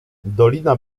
dolina